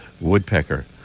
woodpecker